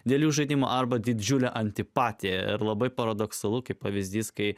dėl jų žaidimą arba didžiulę antipatiją ir labai paradoksalus pavyzdys kai